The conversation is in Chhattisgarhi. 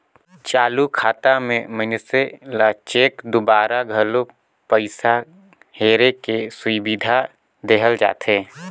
चालू खाता मे मइनसे ल चेक दूवारा घलो पइसा हेरे के सुबिधा देहल जाथे